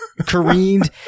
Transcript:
careened